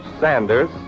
Sanders